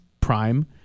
Prime